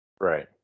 Right